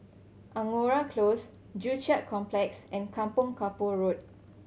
Angora Close Joo Chiat Complex and Kampong Kapor Road